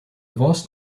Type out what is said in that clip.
vast